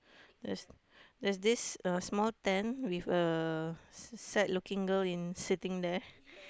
there's there's this the small tent with a sad looking girl in sitting there